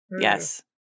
Yes